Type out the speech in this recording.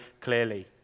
clearly